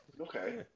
Okay